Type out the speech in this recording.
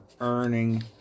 earning